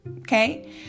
Okay